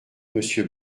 monsieur